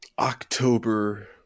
october